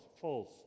false